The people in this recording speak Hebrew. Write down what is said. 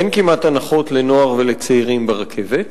אין כמעט הנחות לנוער ולצעירים ברכבת,